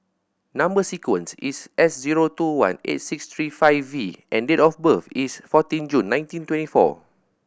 number sequence is S zero two one eight six three five V and date of birth is fourteen June nineteen twenty four